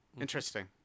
Interesting